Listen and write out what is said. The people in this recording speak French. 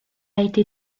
été